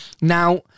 Now